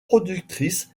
productrice